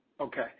Okay